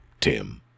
Tim